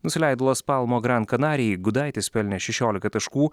nusileido las palmo grankanarijai gudaitis pelnė šešiolika taškų